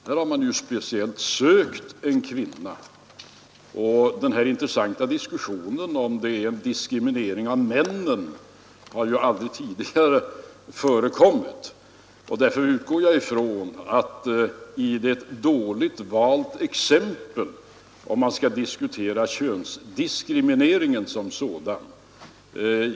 Här har man speciellt sökt en kvinna, och den här intressanta diskussionen, om detta är diskriminering av männen, har aldrig tidigare förekommit. Därför utgår jag ifrån att det är ett dåligt valt exempel om man skall diskutera könsdiskrimineringen som sådan.